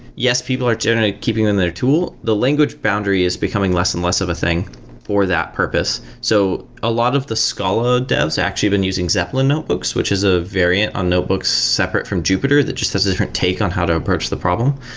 yes, people are generally keeping it in their tool. the language boundary is becoming less and less of a thing for that purpose. so a lot of the scala dev has actually been using zeppelin notebooks, which is a variant on notebooks separate from jupyter that's just has a different take on how to approach the problem.